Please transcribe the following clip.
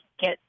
get